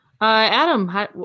Adam